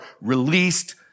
released